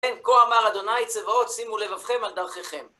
כן, כה אמר ה' צבאות, שימו לבבכם על דרכיכם.